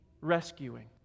rescuing